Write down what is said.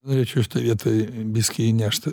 norėčiau šitoje vietoj biskį įnešt